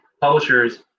publishers